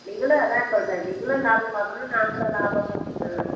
நீங்களும் அதுதான் சொல்கிறேன் நீங்களும் லாபம் பார்க்கணும் நாங்களும் லாபம் பார்க்க ஆ